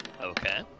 okay